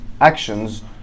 actions